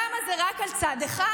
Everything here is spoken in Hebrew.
למה זה רק על צד אחד?